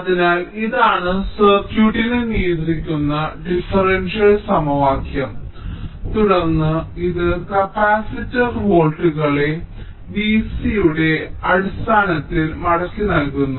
അതിനാൽ ഇതാണ് സർക്യൂട്ടിനെ നിയന്ത്രിക്കുന്ന ഡിഫറൻഷ്യൽ സമവാക്യം തുടർന്ന് ഇത് കപ്പാസിറ്റർ വോൾട്ടുകളെ V c യുടെ അടിസ്ഥാനത്തിൽ മടക്കി നല്കന്നു